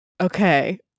Okay